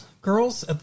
girls